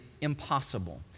impossible